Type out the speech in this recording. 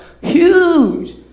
Huge